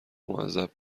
معذب